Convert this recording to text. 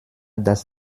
das